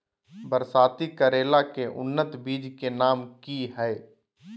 बरसाती करेला के उन्नत बिज के नाम की हैय?